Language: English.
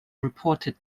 reported